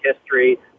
history